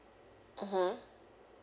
mmhmm